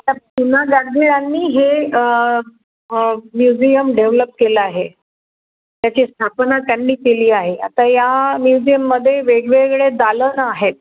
त्या पु ना गाडगिळांनी हे म्युझियम डेव्हलप केलं आहे त्याची स्थापना त्यांनी केली आहे आता या म्युझियममध्ये वेगवेगळे दालनं आहेत